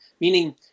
meaning